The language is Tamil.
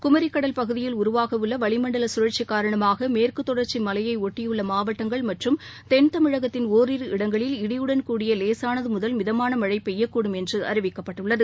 குமரிக்கடல் பகுதியில் உருவாக உள்ள வளி மண்டல கழற்சி காரணமாக மேற்கு தொடர்ச்சி மலையை ஒட்டியுள்ள மாவட்டங்கள் மற்றும் தென் தமிழகத்தில் ஒரிரு இடங்களில் இடியுடன் கூடிய லேசானது முதல் மிதமான மழை பெய்யக்கூடும் என்று அறிவிக்கப்பட்டுள்ளது